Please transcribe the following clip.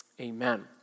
amen